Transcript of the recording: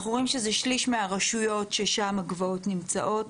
אנחנו רואים שזה שליש מהרשויות ששם הגבעות נמצאות,